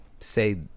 say